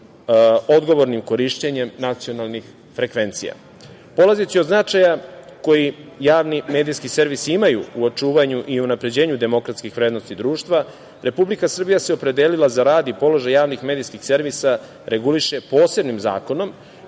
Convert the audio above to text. odgovornim korišćenjem nacionalnih frekvencija. Polazeći od značaja koje javni medijski servisi imaju u očuvanju i unapređenju demokratskih vrednosti društva, Republika Srbija se opredelila da rad i položaj javnih medijskih servisa reguliše posebnim zakonom,